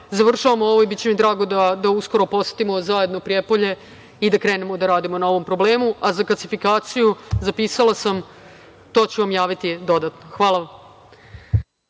završavamo ovo i biće mi drago da uskoro posetimo zajedno Prijepolje i da krenemo da radimo na ovom problemu.Za gasifikaciju, zapisala sam, to ću vam javiti dodatno. Hvala vam.